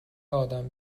آدم